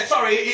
Sorry